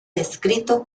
descrito